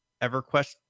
EverQuest